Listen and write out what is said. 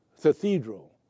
cathedral